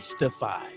justify